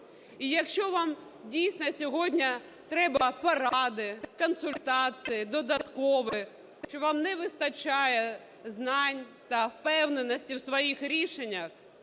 І якщо вам, дійсно, сьогодні треба поради, консультації додаткові, що вам не вистачає знань та впевненості у своїх рішеннях,